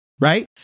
right